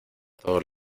todos